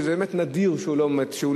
שזה באמת נדיר שהוא לא משיב,